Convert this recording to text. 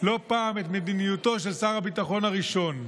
לא פעם את מדיניותו של שר הביטחון הראשון.